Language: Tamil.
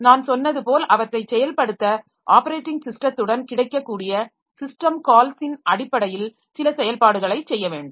நான் சொன்னது போல் அவற்றைச் செயல்படுத்த ஆப்பரேட்டிங் ஸிஸ்டத்துடன் கிடைக்கக்கூடிய சிஸ்டம் கால்ஸின் அடிப்படையில் சில செயல்பாடுகளைச் செய்ய வேண்டும்